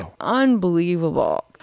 unbelievable